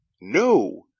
No